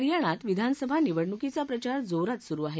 हरयाणात विधानसभा निवडणुकीचा प्रचार जोरात सुरु आहे